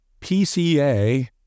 PCA